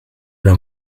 era